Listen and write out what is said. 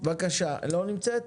לא נמצאת?